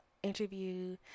interview